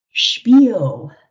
Spiel